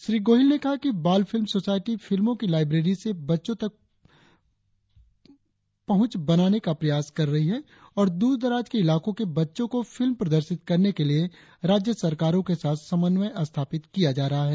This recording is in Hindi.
श्री गोहिल ने कहा कि बाल फिल्म सोसायटी फिल्मों को लाईब्रेरी से बच्चों तक पहुंचाने का प्रयास कर रही है और दूर दराज के इलाकों के बच्चों को फिल्म प्रदर्शित करने के लिए राज्य सरकार के साथ समन्वय स्थापित किया जा रहा है